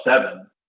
seven